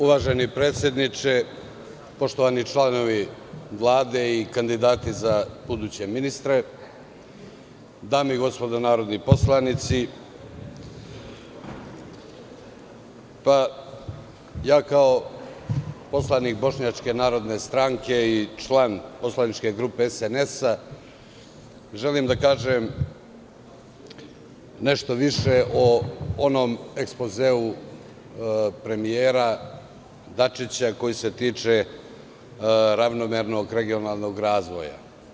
Uvaženi predsedniče, poštovani članovi Vlade i kandidati za buduće ministre, dame i gospodo narodni poslanici, kao poslanik Bošnjačke narodne stranke i član poslaničke grupe SNS, reći ću nešto više o onom ekspozeu premijera Dačića koji se tiče ravnomernog regionalnog razvoja.